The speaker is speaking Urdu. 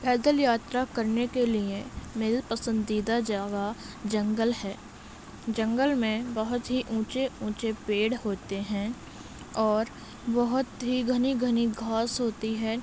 پیدل یاترا کرنے کے لیے میری پسندیدہ جگہ جنگل ہے جنگل میں بہت ہی اونچے اونچے پیڑ ہوتے ہیں اور بہت ہی گھنی گھنی گھاس ہوتی ہے